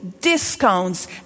discounts